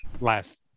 Last